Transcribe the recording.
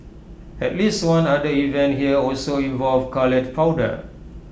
at least one other event here also involved coloured powder